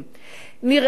נראה לך,